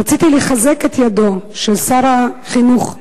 רציתי לחזק את ידו של שר החינוך,